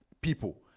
people